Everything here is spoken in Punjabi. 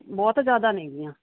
ਬਹੁਤ ਜ਼ਿਆਦਾ ਨੇਗੀਆਂ